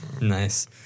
Nice